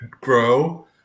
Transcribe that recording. grow